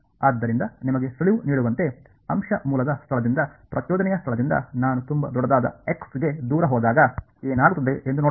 ಆದ್ದರಿಂದ ನಿಮಗೆ ಸುಳಿವು ನೀಡುವಂತೆ ಅಂಶಮೂಲದ ಸ್ಥಳದಿಂದ ಪ್ರಚೋದನೆಯ ಸ್ಥಳದಿಂದ ನಾನು ತುಂಬಾ ದೊಡ್ಡದಾದ ಎಕ್ಸ್ ಗೆ ದೂರ ಹೋದಾಗ ಏನಾಗುತ್ತದೆ ಎಂದು ನೋಡೋಣ